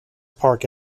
park